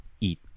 eat